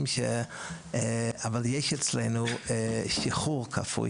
אבל יש אצלנו שחרור כפוי,